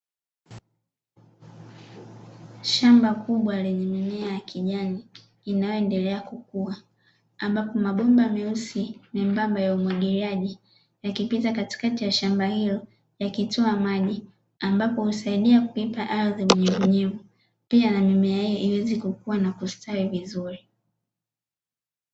Shamba kubwa lenye mimea ya kijani inayoendelea kukua ambapo mabomba meusi myembamba ya umwagiliaji yakipita katikati ya shamba hilo yakitoa maji, ambapo husaidia kuipa ardhi unyevuunyevu pia na mimea hii iweze kukua na kustawi vizuri.